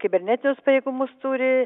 kibernetinius pajėgumus turi